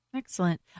Excellent